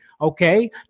Okay